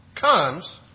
comes